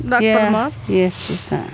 Yes